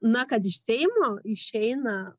na kad iš seimo išeina